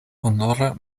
honora